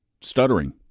Stuttering